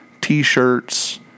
T-shirts